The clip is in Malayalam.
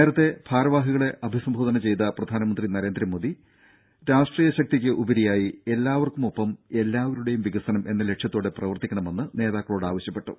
നേരത്തെ ഭാരവാഹികളെ അഭിസംബോധന ചെയ്ത പ്രധാനമന്ത്രി നരേന്ദ്രമോദി രാഷ്ട്രീയ ശക്തിക്ക് ഉപരിയായി എല്ലാവർക്കുമൊപ്പം എല്ലാവരുടേയും വികസനം എന്ന ലക്ഷ്യത്തോടെ പ്രവർത്തിക്കണമെന്ന് നേതാക്കളോട് ആവശ്യപ്പെട്ടു